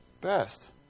best